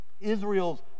israel's